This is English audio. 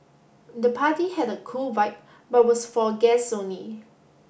the party had a cool vibe but was for guests only